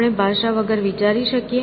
આપણે ભાષા વગર વિચારી શકીએ